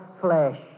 flesh